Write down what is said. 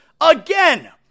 again